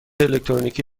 الکترونیکی